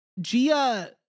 gia